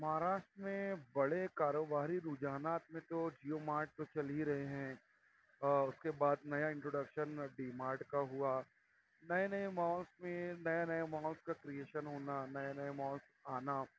مہاراشٹر میں بڑے کاروباری رجحانات میں تو جیو مارٹ تو چل ہی رہے ہیں اس کے بعد نیا انٹروڈکشن ڈی مارٹ کا ہوا نئے نئے مولس میں نئے نئے مولس کا کرئیشن ہونا نئے نئے مولس آنا